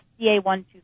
CA125